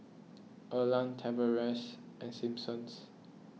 Erland Tavares and Simpson's